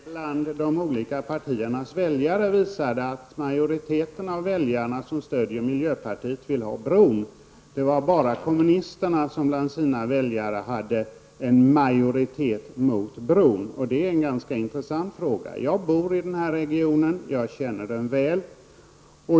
Herr talman! Låt mig konstatera att en undersökning som gjorts bland olika partiers väljare visar att majoriteten av de väljare som stöder miljöpartiet vill ha bron. Det var bara kommunisterna som bland sina väljare hade en majoritet som var emot bron. Detta är ganska intressant. Jag bor i den här regionen, och jag känner den väl.